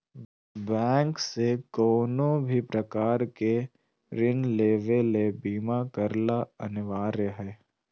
bank से कउनो भी प्रकार के ऋण लेवे ले बीमा करला अनिवार्य हय